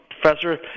Professor